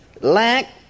lack